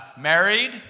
married